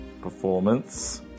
performance